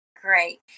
great